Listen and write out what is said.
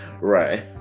right